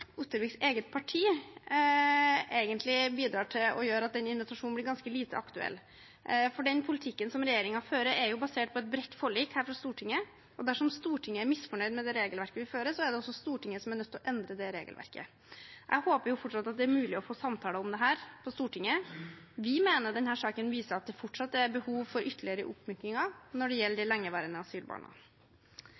Otterviks eget parti egentlig bidrar til at den invitasjonen blir ganske lite aktuell. For politikken regjeringen fører, er jo basert på et bredt forlik her på Stortinget, og dersom Stortinget er misfornøyd med regelverket, er det også Stortinget som er nødt til å endre regelverket. Jeg håper fortsatt at det er mulig å få samtaler om dette på Stortinget. Vi mener denne saken viser at det fortsatt er behov for ytterligere oppmykninger når det gjelder de